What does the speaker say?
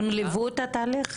הם ליוו את התהליך?